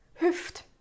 Hüft